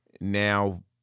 now